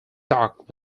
dock